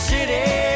City